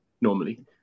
normally